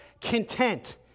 content